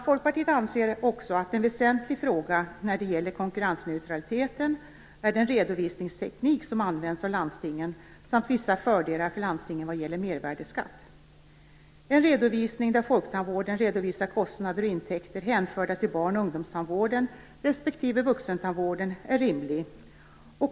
Folkpartiet anser också att en väsentlig fråga när det gäller konkurrensneutraliteten är den redovisningsteknik som används av landstingen samt vissa fördelar för landstingen vad gäller mervärdesskatt. En redovisning där folktandvården redogör för kostnader och intäkter hänförliga till barn och ungdomstandvården respektive vuxentandvården är rimlig.